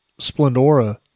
Splendora